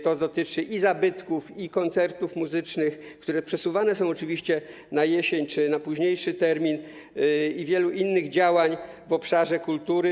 To dotyczy i zabytków, i koncertów muzycznych, które są oczywiście przesuwane na jesień czy na późniejszy termin, i wielu innych działań w obszarze kultury.